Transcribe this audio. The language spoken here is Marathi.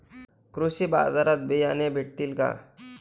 कृषी बाजारात बियाणे भेटतील का?